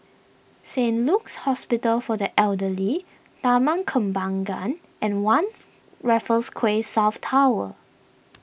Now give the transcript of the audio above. Saint Luke's Hospital for the Elderly Taman Kembangan and one Raffles Quay South Tower